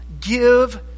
give